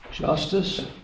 justice